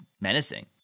menacing